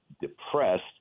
depressed